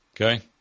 Okay